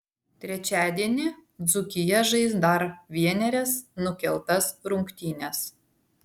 trečiadienį dzūkija žais dar vienerias nukeltas rungtynes